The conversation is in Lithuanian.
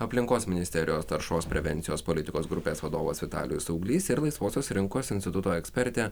aplinkos ministerijos taršos prevencijos politikos grupės vadovas vitalijus auglys ir laisvosios rinkos instituto ekspertė